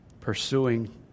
pursuing